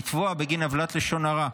לתבוע בגין עוולת לשן הרע.